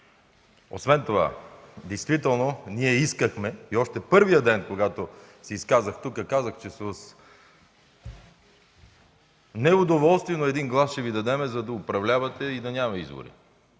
Освен това действително ние искахме и още първия ден, когато се изказах тук, казах, че с неудоволствие, но един глас ще Ви дадем, за да управлявате и да няма избори.